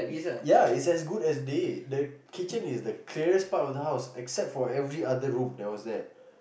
ya it's as good as day the kitchen is the clearest part of the house except for every other room that was there